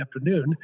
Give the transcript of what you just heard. afternoon